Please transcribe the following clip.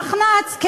המחנה הציוני,